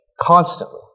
constantly